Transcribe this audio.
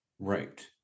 Right